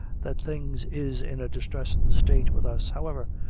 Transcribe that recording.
that things is in a distressin' state with us however,